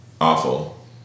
awful